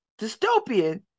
Dystopian